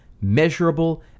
Measurable